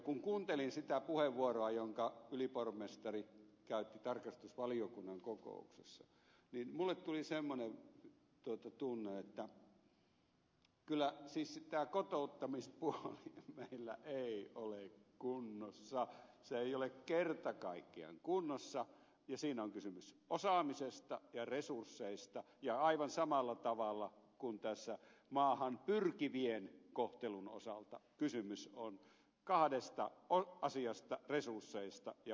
kun kuuntelin sitä puheenvuoroa jonka ylipormestari käytti tarkastusvaliokunnan kokouksessa niin minulle tuli semmoinen tunne että tämä kotouttamispuoli meillä ei kyllä ole kunnossa se ei ole kerta kaikkiaan kunnossa ja siinä on kysymys osaamisesta ja resursseista ja aivan samalla tavalla kuin maahan pyrkivien kohtelun osalta kysymys on kahdesta asiasta resursseista ja osaamisesta